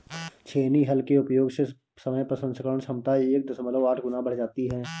छेनी हल के उपयोग से समय प्रसंस्करण क्षमता एक दशमलव आठ गुना बढ़ जाती है